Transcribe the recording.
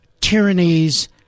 tyrannies